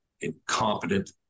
incompetent